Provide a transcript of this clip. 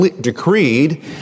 decreed